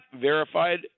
verified